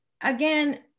again